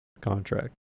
contract